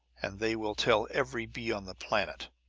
and they will tell every bee on the planet.